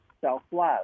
self-love